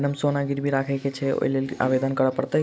Madam सोना गिरबी राखि केँ छैय ओई लेल आवेदन करै परतै की?